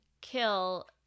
kill